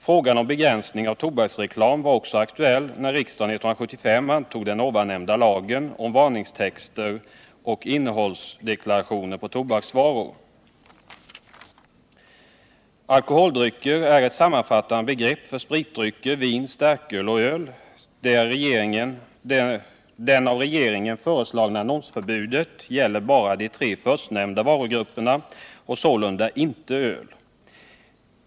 Frågan om begränsning av tobaksreklamen var också aktuell, när riksdagen 1975 antog lagen om varningstexter och innehållsdeklarationer på tobaksvaror. Alkoholdrycker är ett sammanfattande begrepp för spritdrycker, vin, starköl och öl. Det av regeringen föreslagna annonsförbudet gäller bara de tre förstnämnda varugrupperna och sålunda inte öl.